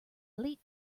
late